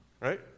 Right